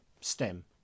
stem